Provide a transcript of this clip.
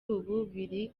buri